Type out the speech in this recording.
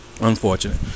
Unfortunate